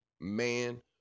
Man